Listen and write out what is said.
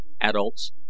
Adults